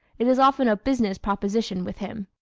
it is often a business proposition with him.